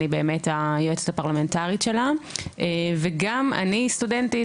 אני באמת היועצת הפרלמנטרית שלה וגם אני סטודנטית.